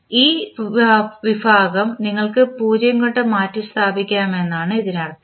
ഈ വിഭാഗം നിങ്ങൾക്ക് 0 കൊണ്ട് മാറ്റിസ്ഥാപിക്കാമെന്നാണ് ഇതിനർത്ഥം